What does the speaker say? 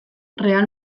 real